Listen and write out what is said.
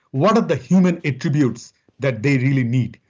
what are the human attributes that they really need?